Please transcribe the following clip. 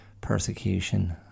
persecution